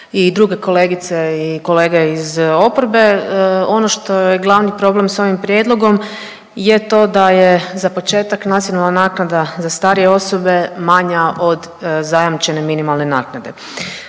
i druge kolegice i kolege iz oporbe. Ono što je glavni problem s ovim Prijedlogom je to da je za početak, nacionalna naknada za starije osobe manja od zajamčene minimalne naknade.